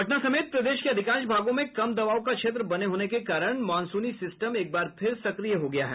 पटना समेत प्रदेश के अधिकांश भागों में कम दबाव का क्षेत्र बने होने के कारण मॉनसूनी सिस्टम एक बार फिर सक्रिय हो गया है